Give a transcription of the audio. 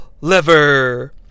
lever